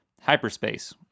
hyperspace